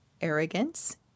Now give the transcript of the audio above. arrogance